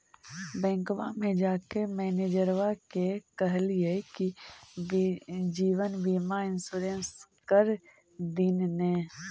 बैंकवा मे जाके मैनेजरवा के कहलिऐ कि जिवनबिमा इंश्योरेंस कर दिन ने?